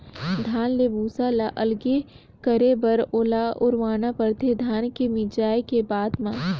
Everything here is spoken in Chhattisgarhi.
धान ले भूसा ल अलग करे बर ओला उड़वाना परथे धान के मिंजाए के बाद म